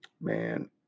man